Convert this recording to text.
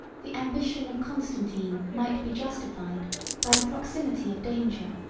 the ambition of constantine might be justified by the proximity of danger